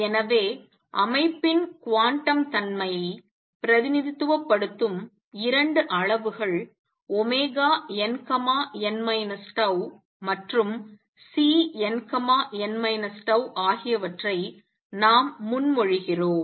எனவே அமைப்பின் குவாண்டம் தன்மையைபிரதிநிதித்துவப்படுத்தும் 2 அளவுகள் nn τ மற்றும் Cnn τ ஆகியவற்றை நாம் முன்மொழிகிறோம்